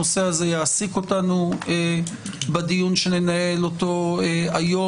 הנושא הזה יעסיק אותנו בדיון שננהל היום.